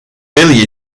billy